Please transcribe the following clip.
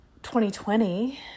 2020